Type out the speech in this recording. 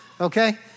Okay